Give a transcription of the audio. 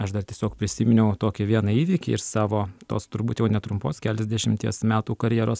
aš dar tiesiog prisiminiau tokį vieną įvykį ir savo tos turbūt jau netrumpos keliasdešimties metų karjeros